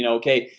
and okay,